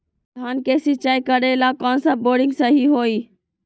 धान के सिचाई करे ला कौन सा बोर्डिंग सही होई?